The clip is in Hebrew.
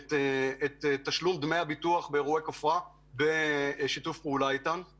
את תשלום דמי הביטוח באירועי כופר בשיתוף פעולה עם העמותות האמורות.